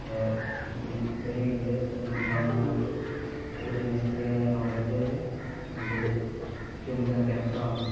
बर्मीन ते नाना हे जेह्के ओह् ते मिस्त्रियां दा कम्म करदे हे ते जेह्के उंदे अग्गै भ्रा न